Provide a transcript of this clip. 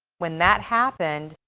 when that happened,